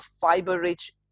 fiber-rich